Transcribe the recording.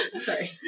Sorry